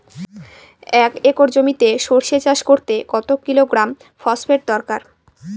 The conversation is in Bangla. এক একর জমিতে সরষে চাষ করতে কত কিলোগ্রাম ফসফেট দরকার?